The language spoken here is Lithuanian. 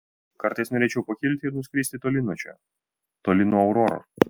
kartais norėčiau pakilti ir nuskristi toli nuo čia toli nuo auroros